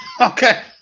okay